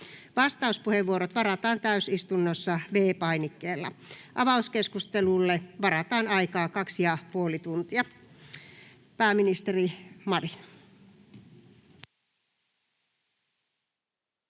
Vastauspuheenvuorot varataan täysistunnossa V-painikkeella. Avauskeskustelulle varataan aikaa 2,5 tuntia. Pääministeri Marin.